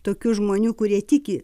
tokių žmonių kurie tiki